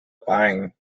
pine